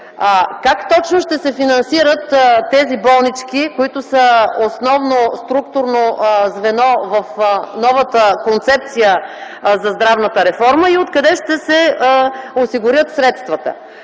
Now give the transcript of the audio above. как точно ще се финансират тези болнички, които са основно структурно звено в новата концепция за здравната реформа и откъде ще се осигурят средствата?